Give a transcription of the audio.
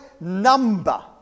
number